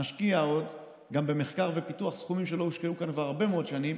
נשקיע עוד במחקר ופיתוח סכומים שלא הושקעו כאן כבר הרבה מאוד שנים,